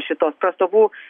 šitos prastovų